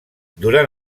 durant